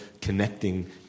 connecting